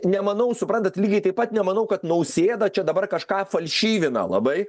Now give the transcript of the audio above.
nemanau suprantat lygiai taip pat nemanau kad nausėda čia dabar kažką falšivina labai